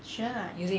sure ah